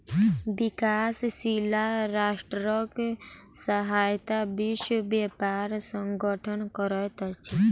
विकासशील राष्ट्रक सहायता विश्व व्यापार संगठन करैत अछि